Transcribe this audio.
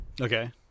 Okay